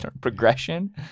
progression